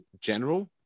general